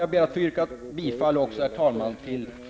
Jag ber att få yrka bifall till reservation 16.